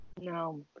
No